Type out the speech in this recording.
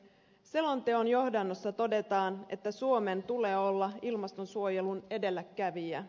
selonteon johdannossa todetaan että suomen tulee olla ilmastonsuojelun edelläkävijä